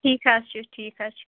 ٹھیٖک حظ چھُ ٹھیٖک حظ چھُ